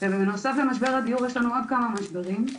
ובנוסף למשבר הדיור יש לנו עוד כמה משברים,